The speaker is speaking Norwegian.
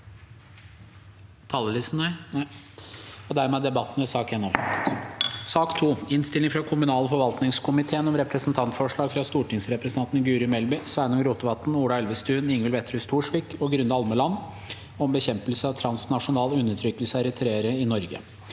nr. 1. Sak nr. 2 Innstilling fra kommunal- og forvaltningskomiteen om Representantforslag fra stortingsrepresentantene Guri Melby, Sveinung Rotevatn, Ola Elvestuen, Ingvild Wetrhus Thorsvik og Grunde Almeland om bekjempelse av transnasjonal undertrykkelse av